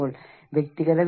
ഇത് വലിയ ഒരു പദമാണ്